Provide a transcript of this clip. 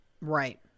Right